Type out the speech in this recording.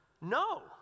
No